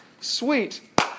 sweet